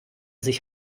sich